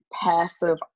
passive